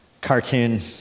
cartoon